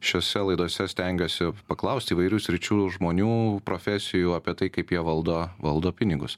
šiose laidose stengiuosi paklausti įvairių sričių žmonių profesijų apie tai kaip jie valdo valdo pinigus